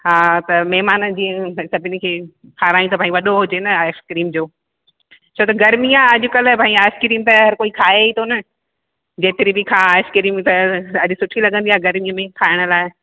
हा त महिमान जीअं भई सभनी खे खारायूं त भई वॾो हुजे न आइसक्रीम जो छो त गर्मी आहे अॼकल्ह भई आइसक्रीम त हर कोई खाए ई थो न जेतिरी बि खा आइसक्रीम त अॼु सुठी लगंदी आहे गर्मीअ में खाइण लाइ